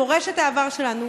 הן מורשת העבר שלנו.